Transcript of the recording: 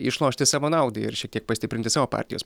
išlošti savo naudai ir šiek tiek pastiprinti savo partijos